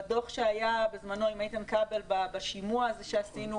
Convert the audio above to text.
בדוח שהיה בזמנו עם איתן כבל בשימוע שעשינו,